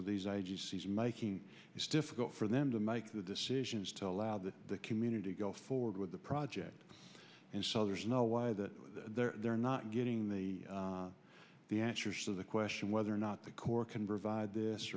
of these agencies making it difficult for them to make the decisions to allow the community go forward with the project and so there's no way that they're they're not getting the the answers to the question whether or not the corps convert via this